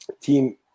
Team